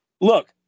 Look